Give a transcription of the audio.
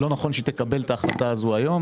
לא נכון שהיא תקבל את ההחלטה הזאת היום,